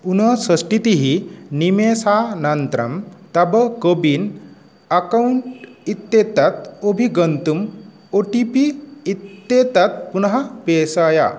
ऊनषष्टितिः निमेषानन्तरं तव CoWIN account इत्येतत् अवगन्तुम् ओटिपि इत्येतत् पुनः पेषय